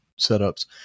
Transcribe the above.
setups